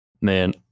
man